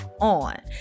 on